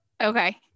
okay